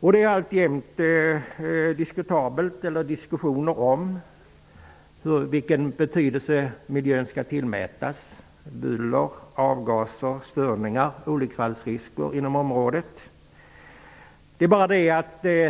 Det är förs alltjämt diskussioner om vilken betydelse miljön -- buller, avgaser, störningar, olycksfallsrisker inom området -- skall tillmätas.